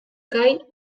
kai